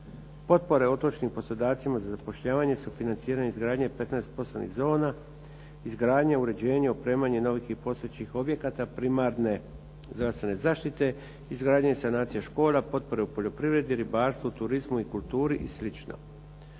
potpore otočnim poslodavcima za zapošljavanje, sufinanciranje izgradnje 15 poslovnih zona, izgradnje, uređenja i opremanje novih i postojećih objekata primarne zdravstvene zaštite, izgradnja i sanacija škola, potpore u poljoprivredi, ribarstvu, turizmu i kulturi i sl.